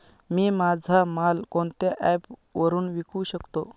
मी माझा माल कोणत्या ॲप वरुन विकू शकतो?